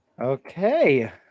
Okay